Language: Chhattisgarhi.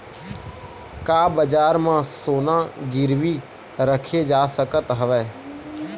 का बजार म सोना गिरवी रखे जा सकत हवय?